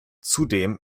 zudem